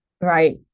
right